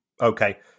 okay